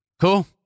Cool